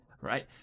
right